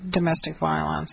domestic violence